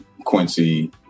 Quincy